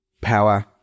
power